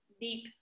deep